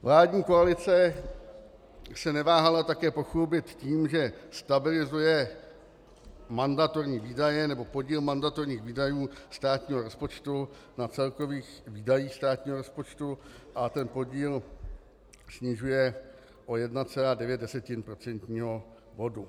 Vládní koalice se neváhala také pochlubit tím, že stabilizuje mandatorní výdaje, nebo podíl mandatorních výdajů státního rozpočtu na celkových výdajích státního rozpočtu, a ten podíl snižuje o 1,9 procentního bodu.